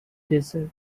desert